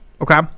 okay